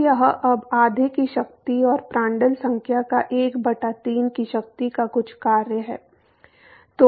तो यह अब आधे की शक्ति और प्रांड्टल संख्या का 1 बटा 3 की शक्ति का कुछ कार्य है